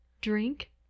Drink